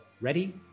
Ready